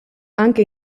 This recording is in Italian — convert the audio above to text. anche